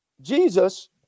Jesus